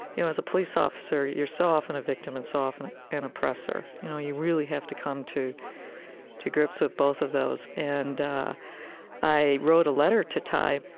you know, as a police officer, you're so often a victim and so often an oppressor. you know you really have to come to to grips with both of those. and i wrote a letter to thay,